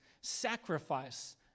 Sacrifice